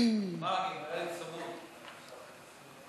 ההצעה להעביר את הנושא לוועדת החינוך,